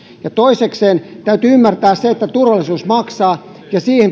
toisekseen täytyy ymmärtää se että turvallisuus maksaa ja siihen